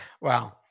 Wow